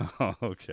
Okay